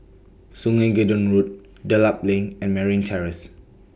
Sungei Gedong Road Dedap LINK and Merryn Terrace